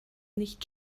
nicht